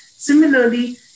Similarly